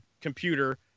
computer